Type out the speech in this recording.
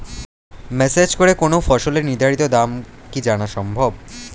Message করে কোন ফসলের নির্ধারিত দাম কি জানা সম্ভব?